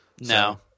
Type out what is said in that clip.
No